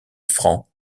franc